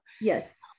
Yes